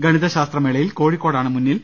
ഗണിതശാസ്ത്രമേളയിൽ കോഴിക്കോടാണ് മുന്നിൽ